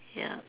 ya